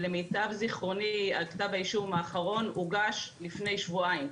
למיטב זכרוני כתב האישום האחרון הוגש לפני שבועיים,